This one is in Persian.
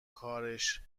کارش